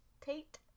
Tate